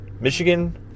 Michigan